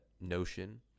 Notion